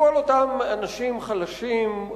שכל אותם אנשים חלשים,